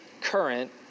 current